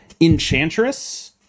Enchantress